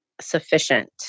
sufficient